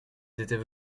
étaient